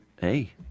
hey